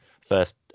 first